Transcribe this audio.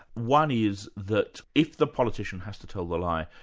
one is that if the politician has to tell the lie,